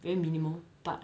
very minimal but